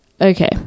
Okay